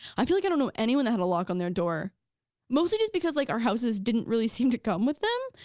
i feel like, i don't know anyone that had a lock on their door mostly just because like our houses didn't really seem to come with them,